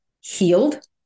healed